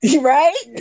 Right